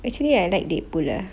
actually I like deadpool lah